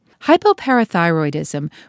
Hypoparathyroidism